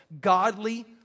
godly